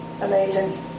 amazing